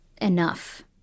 enough